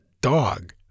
dog